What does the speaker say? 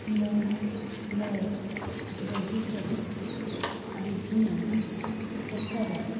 ମୁଁ ମୋ ବଗିଚାରେ ବିଭିନ୍ନପ୍ରକାରର